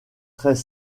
très